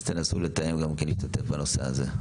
אז תנסו לתאם גם כן את הנושא זה.